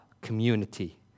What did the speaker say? community